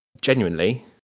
Genuinely